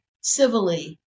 civilly